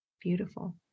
Beautiful